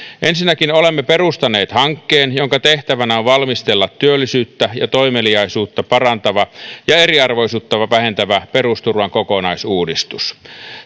ensinnäkin olemme perustaneet hankkeen jonka tehtävänä on valmistella työllisyyttä ja toimeliaisuutta parantava ja eriarvoisuutta vähentävä perusturvan kokonaisuudistus